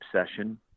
obsession